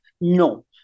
no